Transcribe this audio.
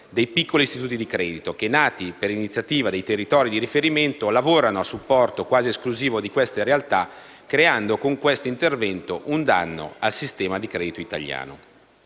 dei piccoli istituti di credito, che, nati per iniziativa dei territori di riferimento, lavorano a supporto quasi esclusivo di queste realtà, creando con questo intervento un danno al sistema di credito italiano.